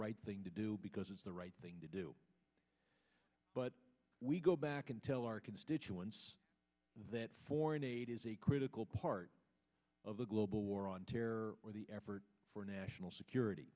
right thing to do because it's the right thing to do but we go back and tell our constituents that foreign aid is a critical part of the global war on terror or the effort for national security